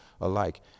alike